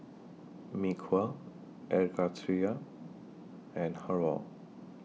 Mee Kuah Air Karthira and Har Kow